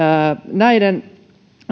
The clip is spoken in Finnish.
näiden